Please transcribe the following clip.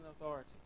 authority